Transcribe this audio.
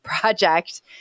project